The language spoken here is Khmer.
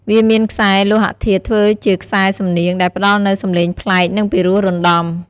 វាមានខ្សែលោហធាតុធ្វើជាខ្សែសំនៀង ដែលផ្តល់នូវសំឡេងប្លែក និងពីរោះរណ្ដំ។